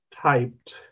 typed